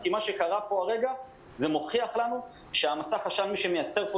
מה שקרה פה הרגע מוכיח לנו שמי שמייצר את